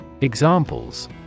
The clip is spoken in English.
Examples